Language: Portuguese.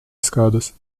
escadas